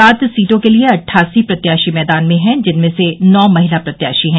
सात सीटों के लिये अट्ठासी प्रत्याशी मैदान में हैं जिनमें से नौ महिला प्रत्याशी हैं